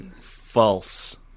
False